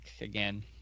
again